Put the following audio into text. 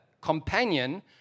companion